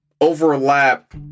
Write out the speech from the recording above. overlap